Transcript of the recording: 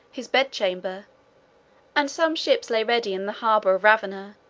his bed-chamber and some ships lay ready in the harbor of ravenna,